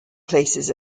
places